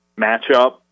matchup